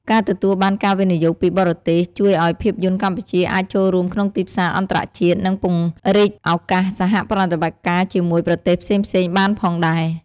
ការទទួលបានការវិនិយោគពីបរទេស ជួយឱ្យភាពយន្តកម្ពុជាអាចចូលរួមក្នុងទីផ្សារអន្តរជាតិ និងពង្រីកឱកាសសហប្រតិបត្តិការជាមួយប្រទេសផ្សេងៗបានផងដែរ។